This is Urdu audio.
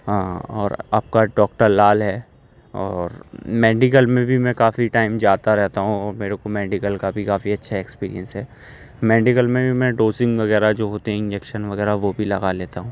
ہاں اور آپ کا ڈاکٹر لال ہے اور میڈیکل میں بھی میں کافی ٹائم جاتا رہتا ہوں میرے کو میڈیکل کا بھی کافی اچھا ایکسپیرینس ہے میڈیکل میں میں ڈوسنگ وغیرہ جو ہوتے ہیں انجکشن وغیرہ وہ بھی لگا لیتا ہوں